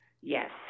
Yes